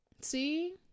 see